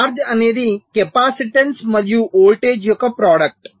charge అనేది capacitance మరియు voltage యొక్క ప్రోడక్ట్